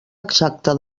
exacta